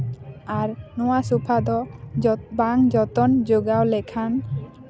ᱟᱨ ᱱᱚᱣᱟ ᱥᱚᱯᱷᱟ ᱫᱚ ᱵᱟᱝ ᱡᱚᱛᱚᱱ ᱡᱚᱜᱟᱣ ᱞᱮᱠᱷᱟᱱ